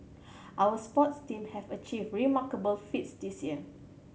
our sports team have achieved remarkable feats this year